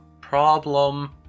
problem